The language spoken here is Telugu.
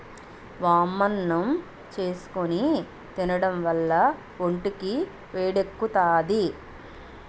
వామన్నం చేసుకుని తినడం వల్ల ఒంటికి వేడెక్కుతాది